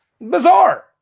Bizarre